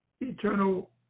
eternal